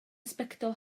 sbectol